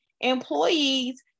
employees